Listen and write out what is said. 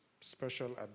special